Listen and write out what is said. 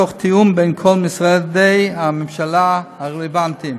בתיאום בין כל משרדי הממשלה הרלוונטיים.